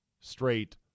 straight